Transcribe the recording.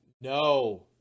No